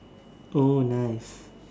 oh nice